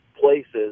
places